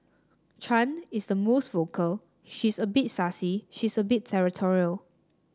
Chan is the most vocal she's a bit sassy she's a bit territorial